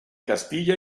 castilla